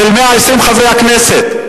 של 120 חברי הכנסת.